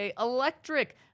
Electric